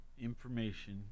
information